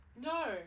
No